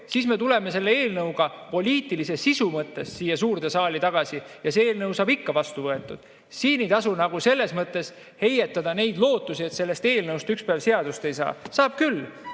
siis me tuleme selle eelnõuga poliitilise sisu mõttes siia suurde saali tagasi ja see eelnõu saab ikka vastu võetud. Siin ei tasu selles mõttes heietada neid lootusi, et sellest eelnõust ükspäev seadust ei saa. Saab küll!